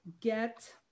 get